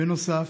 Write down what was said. בנוסף,